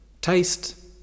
taste